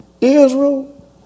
Israel